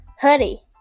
hoodie